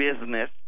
business